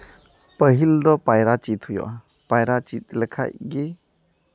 ᱯᱟᱹᱦᱤᱞ ᱫᱚ ᱯᱟᱭᱨᱟ ᱪᱤᱫ ᱦᱩᱭᱩᱜᱼᱟ ᱯᱟᱭᱨᱟ ᱪᱤᱫ ᱞᱮᱠᱷᱟᱡ ᱜᱮ